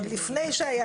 עוד לפני שהיה